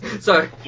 sorry